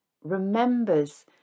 remembers